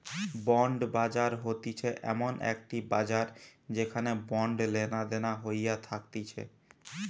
bond বাজার হতিছে এমন একটি বাজার যেখানে বন্ড লেনাদেনা হইয়া থাকতিছে